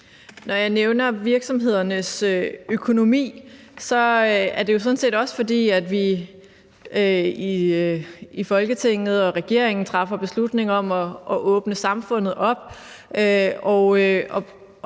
Når jeg nævner virksomhedernes økonomi, er det jo sådan set, fordi Folketinget og regeringen træffer beslutning om at åbne samfundet op.